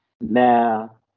Now